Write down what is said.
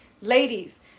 ladies